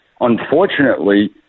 Unfortunately